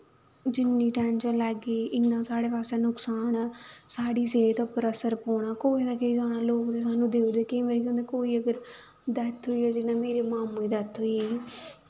जिन्नी टैंशन लैगे इन्ना साढ़े बास्तै नकसान ऐ साढ़ी सेह्त उप्पर असर पौना कुसै दा केह् जाना लोक ते सानूं कोई अगर डैथ होई जा जियां मेरे मामू दी डैथ होई गेई